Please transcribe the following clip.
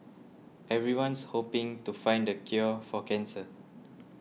everyone's hoping to find the cure for cancer